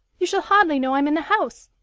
you shall hardly know i'm in the house.